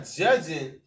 judging